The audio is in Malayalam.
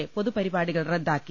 എ പൊതുപരിപാടികൾ റദ്ദാക്കി